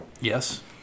Yes